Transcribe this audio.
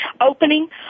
opening